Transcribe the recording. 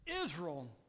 Israel